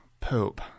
Pope